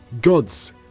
gods